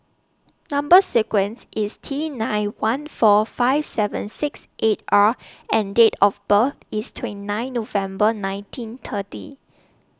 Number sequence IS T nine one four five seven six eight R and Date of birth IS twenty nine November nineteen thirty